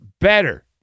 better